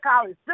college